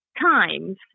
times